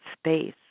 space